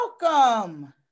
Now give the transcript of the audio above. welcome